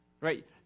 Right